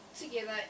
together